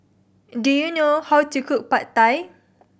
do you know how to cook Pad Thai